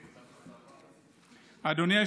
אדוני.